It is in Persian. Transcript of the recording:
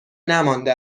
نمانده